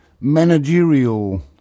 managerial